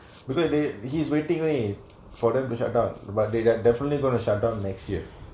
because they he's waiting to need for them to shutdown but they that definitely going to shutdown next year